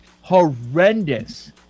horrendous